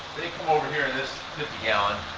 they come over here this fifty gallon.